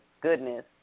Goodness